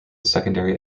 secondary